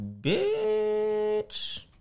bitch